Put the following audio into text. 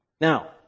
Now